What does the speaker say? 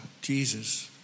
Jesus